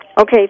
Okay